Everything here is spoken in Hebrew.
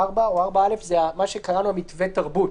(4) או (4א) זה מה שקראנו מתווה התרבות.